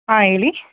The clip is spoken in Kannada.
ಹಾಂ ಹೇಳಿ